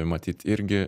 matyt irgi